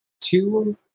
two